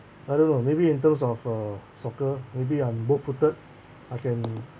I don't know maybe in terms of uh soccer maybe I'm both footed I can